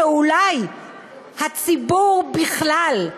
שאולי הציבור בכלל,